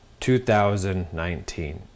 2019